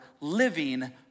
living